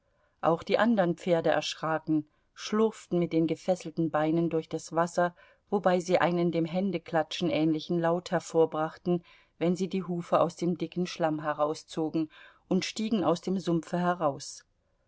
auch die andern pferde erschraken schlurften mit den gefesselten beinen durch das wasser wobei sie einen dem händeklatschen ähnlichen laut hervorbrachten wenn sie die hufe aus dem dicken schlamm herauszogen und stiegen aus dem sumpfe heraus